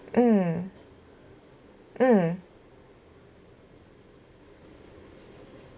mm mm